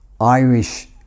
Irish